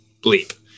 bleep